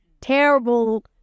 terrible